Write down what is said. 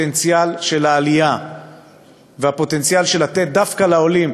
הפוטנציאל של העלייה והפוטנציאל של לתת דווקא לעולים